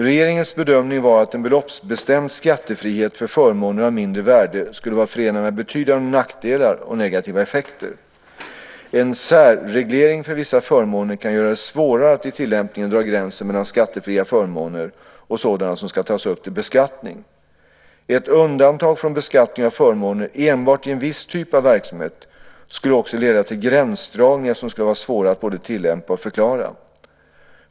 Regeringens bedömning var att en beloppsbestämd skattefrihet för förmåner av mindre värde skulle vara förenad med betydande nackdelar och negativa effekter. En särreglering för vissa förmåner kan göra det svårare att i tillämpningen dra gränsen mellan skattefria förmåner och sådana som ska tas upp till beskattning. Ett undantag från beskattningen av förmåner enbart i en viss typ av verksamhet skulle också leda till gränsdragningar som skulle vara svåra att både tillämpa och förklara.